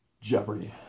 Jeopardy